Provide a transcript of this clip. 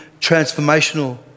transformational